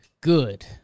good